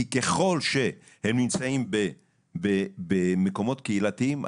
כי ככל שהם נמצאים במקומות קהילתיים,